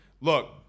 Look